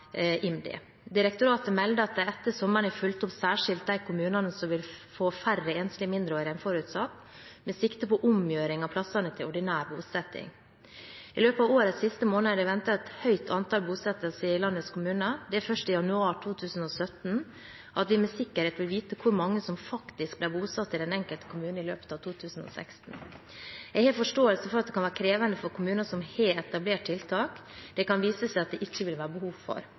Direktoratet melder at de etter sommeren har fulgt opp særskilt de kommunene som vil få færre enslige mindreårige enn forutsatt, med sikte på omgjøring av plassene til ordinær bosetting. I løpet av årets siste måneder er det ventet et høyt antall bosettinger i landets kommuner. Det er først i januar 2017 at vi med sikkerhet vil vite hvor mange som faktisk er blitt bosatt i den enkelte kommune i løpet av 2016. Jeg har forståelse for at det kan være krevende for kommuner som har etablert tiltak det kan vise seg at det ikke vil være behov for.